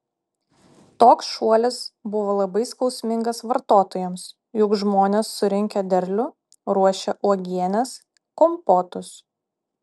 toks šuolis buvo labai skausmingas vartotojams juk žmonės surinkę derlių ruošia uogienes kompotus